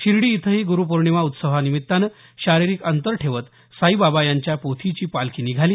शिर्डी इथंही गुरूपौर्णिमा उत्सवानिमित्तानं शारिरीक अंतर ठेवत साईबाबा यांच्या पोथीची पालखी निघाली